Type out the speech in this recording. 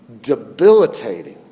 debilitating